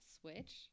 switch